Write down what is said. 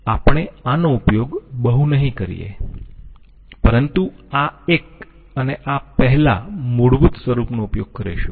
આપણે આનો ઉપયોગ બહુ નહી કરીયે પરંતુ આ એક અને આ પહેલા મૂળભૂત સ્વરૂપનો ઉપયોગ કરીશું